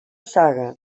saga